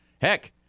Heck